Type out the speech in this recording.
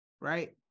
right